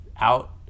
out